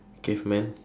cavemen